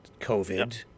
COVID